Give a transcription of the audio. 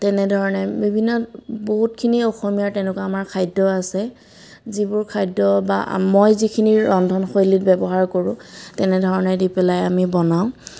তেনেধৰণে বিভিন্ন বহুতখিনি অসমীয়াৰ তেনেকুৱা আমাৰ খাদ্য আছে যিবোৰ খাদ্য বা মই যিখিনি ৰন্ধনশৈলীত ব্যৱহাৰ কৰোঁ তেনেধৰণে দি পেলাই আমি বনাওঁ